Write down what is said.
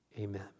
amen